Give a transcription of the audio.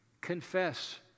confess